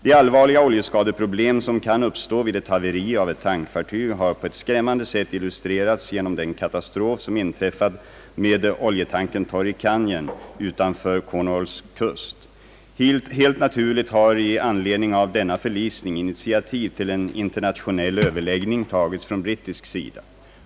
De allvarliga oljeskadeproblem som kan uppstå vid ett haveri av ett tankfartyg har på ett skrämmande sätt illustrerats genom den katastrof som inträffat med oljetankern Torrey Canyon utanför Cornwalls kust. Helt naturligt har i anledning av denna förlisning initiativ till en internationell överläggning tagits från brittisk sida.